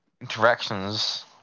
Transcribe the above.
Interactions